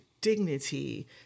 dignity